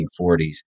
1940s